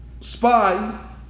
spy